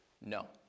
No